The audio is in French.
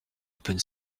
open